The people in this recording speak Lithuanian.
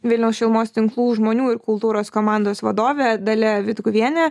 vilniaus šilumos tinklų žmonių ir kultūros komandos vadovė dalia vitkuvienė